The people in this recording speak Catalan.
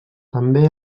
també